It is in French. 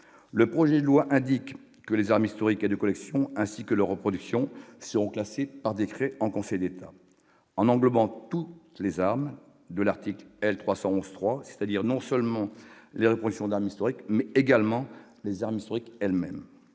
Le projet de loi indique que les armes historiques et de collection, ainsi que leurs reproductions, seront classées par décret en Conseil d'État. En englobant toutes les armes de l'article L. 311-3, c'est-à-dire non seulement les reproductions d'armes historiques, mais également les armes historiques elles-mêmes,